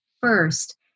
first